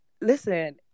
Listen